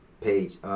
page